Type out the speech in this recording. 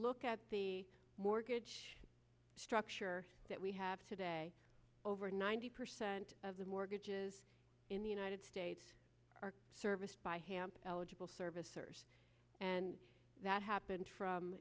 look at the mortgage structure that we have today over ninety percent of the mortgages in the united states are serviced by hamp eligible servicers and that happens from